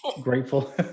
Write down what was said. grateful